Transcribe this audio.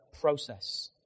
process